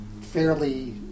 fairly